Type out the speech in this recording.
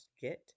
get